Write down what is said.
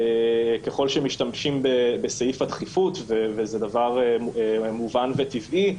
ככל שמשתמשים בסעיף הדחיפות וזה דבר מובן וטבעי,